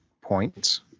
points